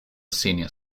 senior